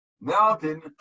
mountain